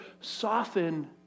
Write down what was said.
soften